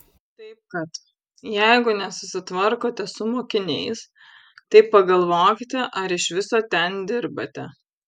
taip kad jeigu nesusitvarkote su mokiniais tai pagalvokite ar iš viso ten dirbate